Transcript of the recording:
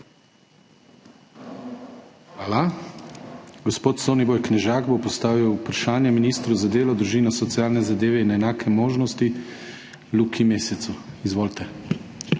Hvala. Gospod Soniboj Knežak bo postavil vprašanje ministru za delo, družino, socialne zadeve in enake možnosti Luki Mescu. Izvolite.